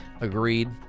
Agreed